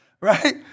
Right